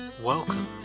Welcome